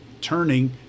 turning